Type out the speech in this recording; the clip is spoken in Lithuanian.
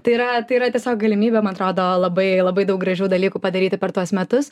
tai yra tai yra tiesiog galimybė man atrodo labai labai daug gražių dalykų padaryti per tuos metus